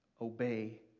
obey